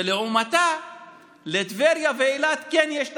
ולעומתה לטבריה ואילת כן יש תקציב.